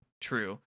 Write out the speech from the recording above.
true